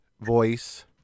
voice